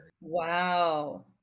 Wow